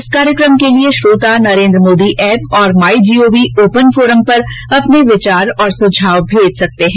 इस कार्यक्रम के लिए श्रोता नरेन्द्र मोदी एप और my G O V open forum पर अपने विचार और सुझाव भेज सकते हैं